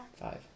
Five